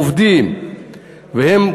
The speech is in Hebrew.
עובדים,